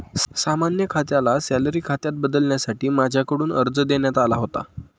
सामान्य खात्याला सॅलरी खात्यात बदलण्यासाठी माझ्याकडून अर्ज देण्यात आला होता